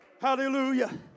Hallelujah